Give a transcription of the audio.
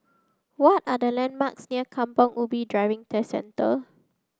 what are the landmarks near Kampong Ubi Driving Test Centre